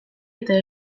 eta